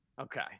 Okay